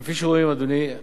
כפי שרואים, אדוני,